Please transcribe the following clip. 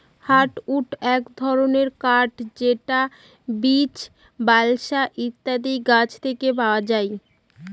hardwood এক ধরনের কাঠ যেটা বীচ, বালসা ইত্যাদি গাছ থেকে পাওয়া যায়